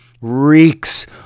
reeks